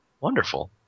Wonderful